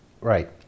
Right